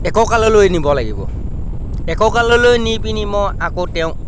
এককাললৈ নিব লাগিব এককাললৈ নি পিনি মই আকৌ তেওঁক